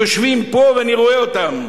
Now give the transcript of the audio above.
הם יושבים פה, ואני רואה אותם,